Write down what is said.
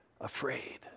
afraid